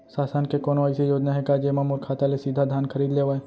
शासन के कोनो अइसे योजना हे का, जेमा मोर खेत ले सीधा धान खरीद लेवय?